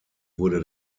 wurde